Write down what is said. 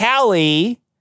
Callie